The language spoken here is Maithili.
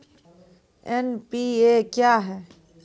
एन.पी.ए क्या हैं?